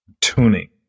tuning